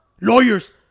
Lawyers